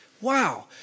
wow